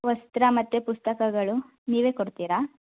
ವಸ್ತ್ರ ಮತ್ತು ಪುಸ್ತಕಗಳು ನೀವೇ ಕೊಡ್ತೀರಾ